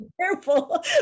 careful